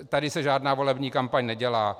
Tady se žádná volební kampaň nedělá.